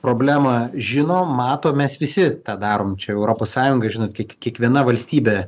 problemą žino mato mes visi tą darom čia europos sąjunga žinot kiek kiekviena valstybė